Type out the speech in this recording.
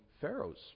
Pharaoh's